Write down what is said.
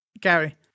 Gary